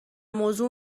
موضوع